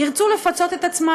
ירצו לפצות את עצמן.